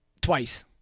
twice